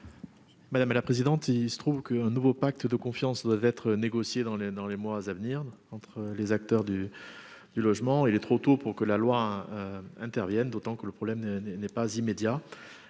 Madame la présidente, il se trouve que un nouveau pacte de confiance doivent être négociées dans les, dans les mois à venir entre les acteurs du du logement, il est trop tôt pour que la loi intervienne d'autant que le problème n'est pas immédiat,